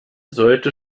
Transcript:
sollte